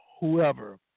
whoever